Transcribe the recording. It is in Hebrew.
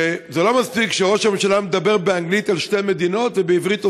שזה לא מספיק שראש הממשלה מדבר באנגלית על שתי מדינות ובעברית עושה,